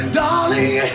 darling